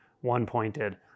one-pointed